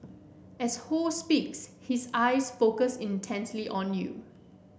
as Ho speaks his eyes focus intently on you